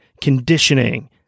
conditioning